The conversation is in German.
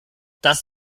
das